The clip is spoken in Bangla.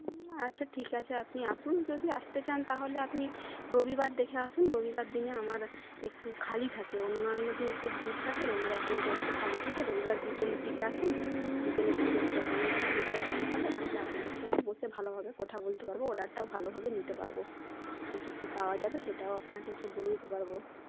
আচ্ছা ঠিক আছে আপনি আসুন যদি আসতে চান তাহলে আপনি রবিবার দেখে আসুন রবিবার দিনে আমার একটু খালি থাকে অন্যান্য দিন খুব ভিড় থাকে রবিবার দিনটা একটু খালি থাকে রবিবার বিকেলের দিকে আসুন বিকেলের দিকে দোকানে একটু ভিড়টা কম থাকে তাহলে আপনাদের সঙ্গে বসে ভালোভাবে কথা বলতে পারব অর্ডারটাও ভালোভাবে নিতে পারব কি কি পাওয়া যাবে সেটাও আপনাদেরকে বলে দিতে পারব